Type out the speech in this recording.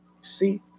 see